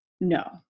No